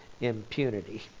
impunity